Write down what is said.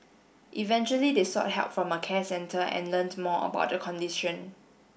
eventually they sought help from a care centre and learnt more about the condition